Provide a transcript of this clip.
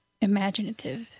imaginative